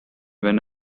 when